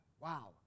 Wow